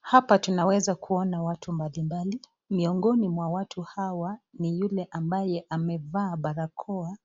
Hapa tunaweza kuona watu mbali mbali. Miongoni mwa watu hawa ni yule ambae amevaa barakoa